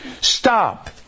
Stop